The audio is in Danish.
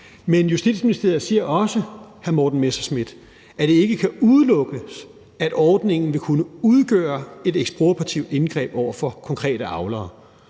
forslag. Det kan dog ikke udelukkes, at ordningen vil kunne udgøre et ekspropriativt indgreb over for konkrete avlere.